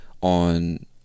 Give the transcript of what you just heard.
on